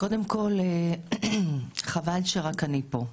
קודם כל, חבל שרק אני פה.